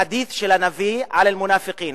חדית' של הנביא על אל-מונאפקין,